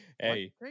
Hey